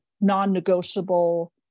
non-negotiable